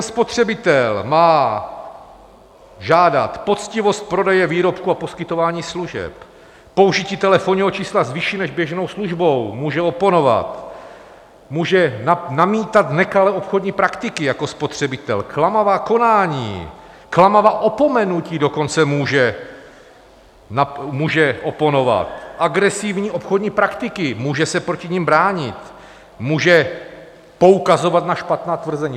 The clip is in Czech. Spotřebitel má žádat poctivost prodeje výrobků a poskytování služeb, použití telefonního čísla s vyšší než běžnou službou, může oponovat, může namítat nekalé obchodní praktiky jako spotřebitel, klamavá konání, klamavá opomenutí dokonce může oponovat, agresivní obchodní praktiky, může se proti nim bránit, může poukazovat na špatná tvrzení.